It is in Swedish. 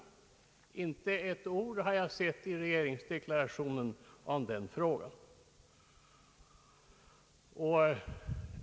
Inte ett ord har jag sett i regeringsdeklarationen om den saken.